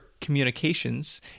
communications